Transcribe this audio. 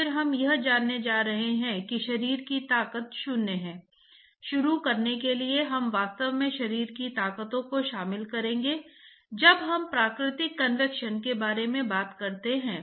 इसलिए यह कुछ चीजों का एक बहुत मजबूत अनुप्रयोग है जिसे हम देखने जा रहे हैं